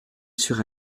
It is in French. sur